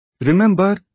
Remember